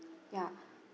ya